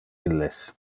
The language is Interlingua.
illes